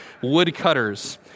woodcutters